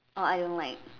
oh I don't like